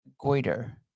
goiter